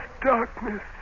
darkness